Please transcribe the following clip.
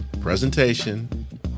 presentation